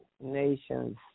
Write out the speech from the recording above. nations